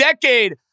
decade